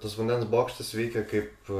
tas vandens bokštas veikė kaip